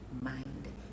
mind